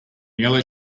yellow